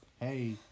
hey